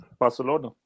Barcelona